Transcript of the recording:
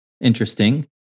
interesting